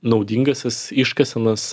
naudingąsias iškasenas